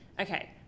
Okay